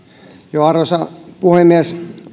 arvoisa puhemies